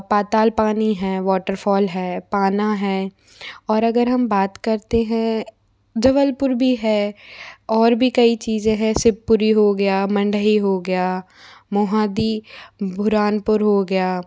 पाताल पानी है वॉटरफॉल है पाना है और अगर हम बात करते हैं जबलपुर भी है और भी कई चीज़ें है शिवपुरी हो गया मन्डही हो गया मोहादी बुरहानपुर हो गया